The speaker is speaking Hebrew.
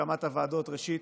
אז לעניין הקמת הוועדות, ראשית